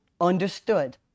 understood